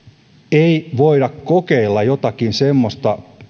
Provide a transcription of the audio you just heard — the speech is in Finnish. ei voida kokeilla jotakin semmoista